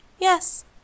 Yes